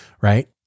Right